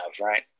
right